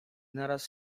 naraz